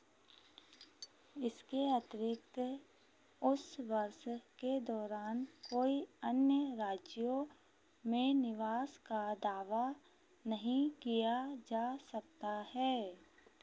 इसके अतिरिक्त उस वर्ष के दौरान कोइ अन्य राज्यों में निवास का दावा नहीं किया जा सकता है